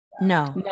No